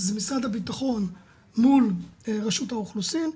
זה משרד הבטחון מול רשות האוכלוסין,